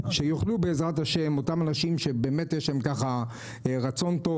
שיאכלו אותם אנשים שיש להם רצון טוב,